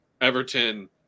Everton –